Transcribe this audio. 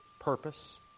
purpose